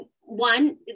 one